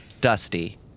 dusty